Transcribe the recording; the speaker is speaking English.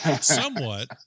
somewhat